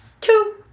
Two